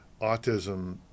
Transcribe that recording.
autism